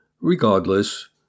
Regardless